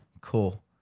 cool